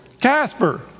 Casper